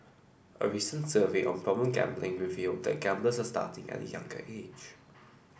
a recent survey on problem gambling revealed that gamblers are starting at a younger age